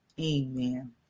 Amen